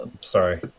sorry